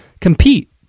compete